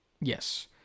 Yes